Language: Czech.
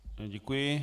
Děkuji.